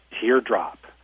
Teardrop